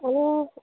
आनी